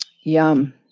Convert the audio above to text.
Yum